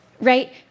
right